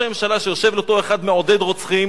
הממשלה שיושב ליד אותו אחד מעודד רוצחים